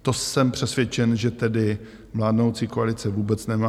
To jsem přesvědčen, že tedy vládnoucí koalice vůbec nemá.